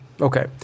Okay